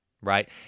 right